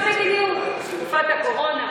תמר זנדברג רוצה לשלוח את שליחי חב"ד לכלא,